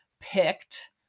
picked